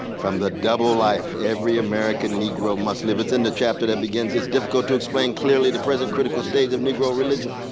from the double life every american negro must live. it's in the chapter that begins, it's difficult to explain clearly the present critical state of negro religion.